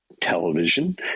Television